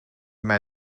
mij